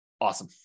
Awesome